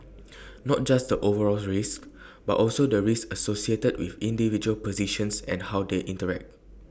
not just the overall risk but also the risk associated with individual positions and how they interact